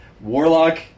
Warlock